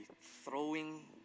throwing